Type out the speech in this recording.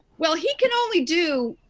well, he can only do,